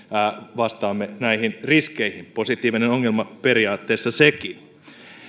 vastaamme näihin riskeihin positiivinen ongelma periaatteessa sekin